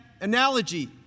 analogy